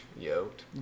yoked